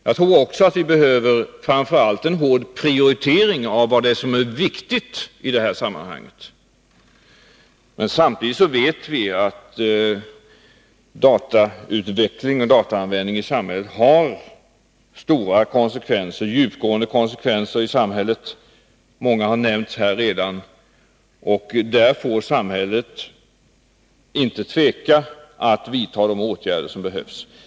Jag tror också att vi framför allt behöver en hård prioritering av vad som är viktigt i det här sammanhanget. Men samtidigt vet vi att dataanvändningen i samhället har stora och djupgående konsekvenser — många har redan nämnts här. Samhället får inte tveka att vidta de åtgärder som behövs.